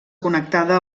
connectada